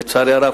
לצערי הרב,